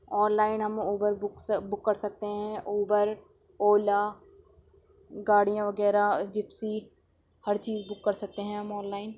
on line ہم Uber بکس book کر سکتے ہیں اوبر اولا گاڑیاں وغیرہ جیپسی ہر چیز بک کر سکتے ہیں ہم آن لائن